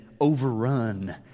overrun